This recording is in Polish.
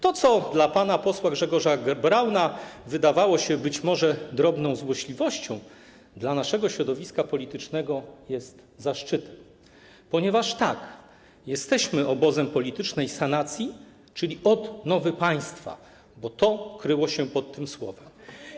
To, co panu posłowi Grzegorzowi Braunowi wydawało się być może drobną złośliwością, dla naszego środowiska politycznego jest zaszczytem, ponieważ tak, jesteśmy obozem politycznej sanacji, czyli odnowy państwa, bo to znaczenie kryło się w tym słowie.